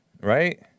right